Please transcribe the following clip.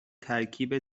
ترکیب